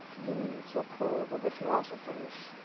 the so-called of the philosophers,